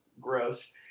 gross